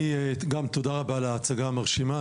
תודה רבה על ההצגה המרשימה.